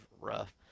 rough